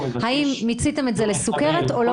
האם מיציתם את זה לסוכרת או לא מיציתם?